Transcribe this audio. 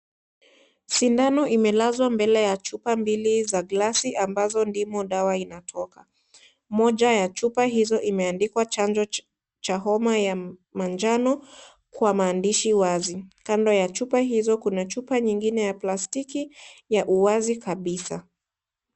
Sindano imelazwa mbele ya chupa mbili za glasi ambazo ndimo dawa inatoka, moja ya chupa hizo imeandikwa chanjo cha homa ya manjano kwa maandishi wazi, kando ya chupa hizo kuna chupa nyingine ya plastiki ya uwazi kabisa.